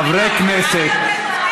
חברי הכנסת,